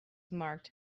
marked